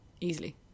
Easily